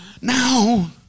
Now